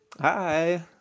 Hi